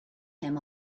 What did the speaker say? him